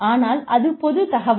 ஆனால் அது பொதுத் தகவல்